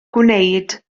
gwneud